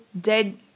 dead